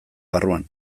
barruan